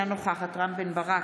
אינה נוכחת רם בן ברק,